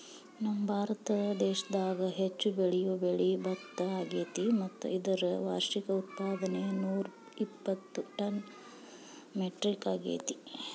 ನಮ್ಮಭಾರತ ದೇಶದಾಗ ಹೆಚ್ಚು ಬೆಳಿಯೋ ಬೆಳೆ ಭತ್ತ ಅಗ್ಯಾತಿ ಮತ್ತ ಇದರ ವಾರ್ಷಿಕ ಉತ್ಪಾದನೆ ನೂರಾಇಪ್ಪತ್ತು ಟನ್ ಮೆಟ್ರಿಕ್ ಅಗ್ಯಾತಿ